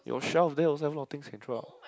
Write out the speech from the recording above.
your shelf there also have a lot of things can throw out